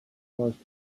caused